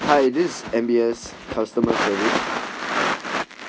hi this M_B_S customers service